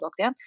lockdown